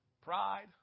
pride